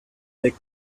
they